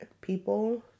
people